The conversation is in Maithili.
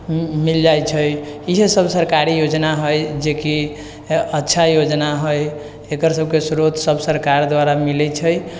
मिल जाइत छै इहे सभ सरकारी योजना हइ जेकि अच्छा योजना हइ एकर सभकेँ स्रोत सभ सरकार द्वारा मिलैत छै